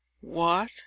What